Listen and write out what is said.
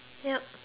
yup